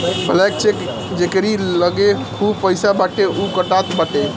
blank cheque जेकरी लगे खूब पईसा बाटे उ कटात बाटे